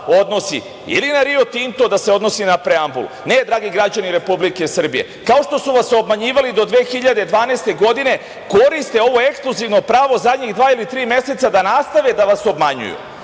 odnosi ili na Rio Tinto, da se odnosi na preambulu. Ne, dragi građani Republike Srbije, kao što su vas obmanjivali do 2012. godine koriste ovo ekskluzivno pravo zadnjih dva ili tri meseca da nastave da vas obmanjuju.